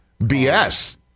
BS